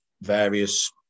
various